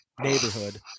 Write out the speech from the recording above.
neighborhood